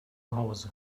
hause